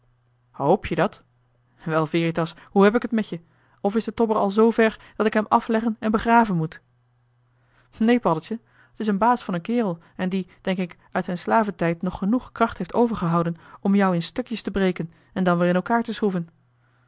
hp je dat wel veritas hoe heb ik het met je of is de tobber al zoo ver dat ik hem afleggen en begraven moet neen paddeltje t is een baas van een kerel en die denk ik uit zijn slaventijd nog genoeg kracht heeft overgehouden om jou in stukjes te breken en dan weer in elkaar te schroeven